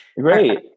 Great